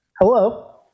Hello